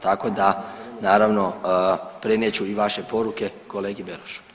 Tako da naravno prenijet ću i vaše poruke kolegi Berošu.